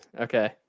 okay